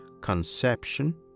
conception